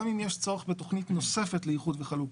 אם יש צורך בתכנית נוספת לאיחוד וחלוקה,